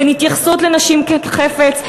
בהתייחסות לנשים כאל חפץ,